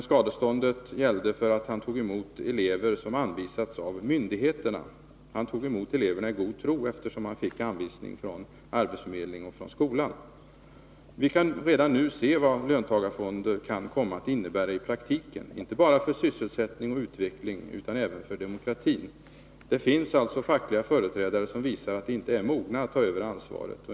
Skadeståndet gällde att han tagit emot elever som anvisats av myndigheterna. Han tog emot eleverna i god tro, eftersom han fick anvisning från arbetsförmedlingen och från skolan. Vi kan redan nu se vad löntagarfonder kan komma att innebära i praktiken, inte bara för sysselsättning och utveckling utan även för demokratin. Det finns alltså fackliga företrädare som visar att de inte är mogna att ta över ansvaret.